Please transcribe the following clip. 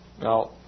Now